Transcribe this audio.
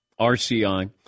RCI